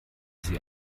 sie